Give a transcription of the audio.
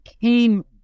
came